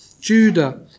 Judah